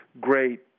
great